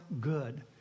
good